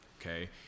Okay